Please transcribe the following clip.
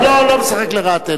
בינתיים זה משחק לרעתנו.